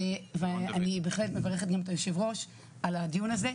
ואני בהחלט מברכת גם את היושב ראש על הדיון הזה.